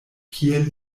kiel